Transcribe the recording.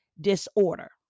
Disorder